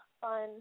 fun